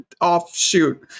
offshoot